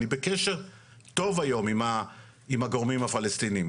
אני בקשר טוב היום עם הגורמים הפלסטינים,